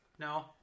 No